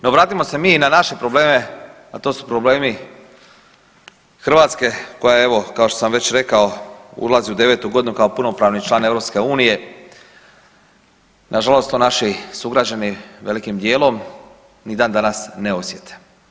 No, vratimo se mi na naše probleme, a to su problemi Hrvatske koja evo kao što sam već rekao ulazi u devetu godinu kao punopravni član EU, nažalost to naši sugrađani velikim dijelom ni dan danas ne osjete.